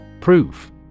Proof